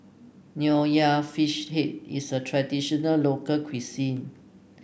Nonya Fish Head is a traditional local cuisine